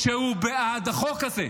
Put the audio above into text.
שהוא בעד החוק הזה.